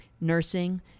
nursing